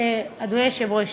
אדוני היושב-ראש,